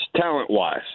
talent-wise